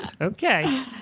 Okay